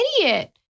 idiot